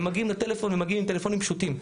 הם מגיעים לטלפון ומגיעים עם טלפונים פשוטים.